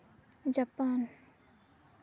Japan